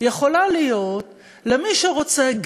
יכולה להיות למי שרוצה,